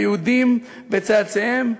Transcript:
היהודים וצאצאיהם,